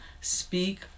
Speak